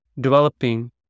developing